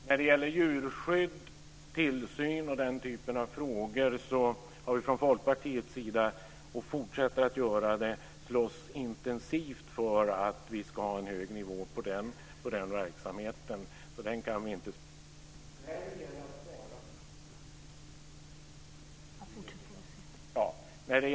Fru talman! När det gäller tillsyn, djurskydd och den typen av frågor har vi från Folkpartiet slagits intensivt - och vi fortsätter att göra det - för att nivån på den verksamheten ska vara hög. Så den kan vi inte spara på.